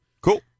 Cool